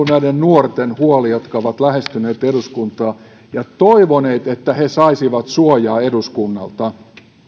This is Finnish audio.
näiden nuorten huoli jotka ovat lähestyneet eduskuntaa ja toivoneet että he saisivat suojaa eduskunnalta